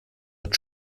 mit